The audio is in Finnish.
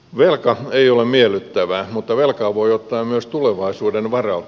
velka ei ole miellyttävää mutta velkaa voi ottaa myös tulevaisuuden varalta